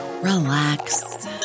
relax